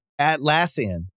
Atlassian